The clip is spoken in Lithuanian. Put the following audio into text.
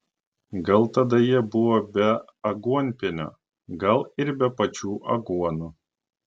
gal tada jie buvo be aguonpienio gal ir be pačių aguonų